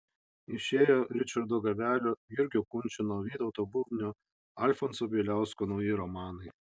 išėjo ričardo gavelio jurgio kunčino vytauto bubnio alfonso bieliausko nauji romanai